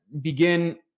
begin